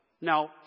Now